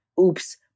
Oops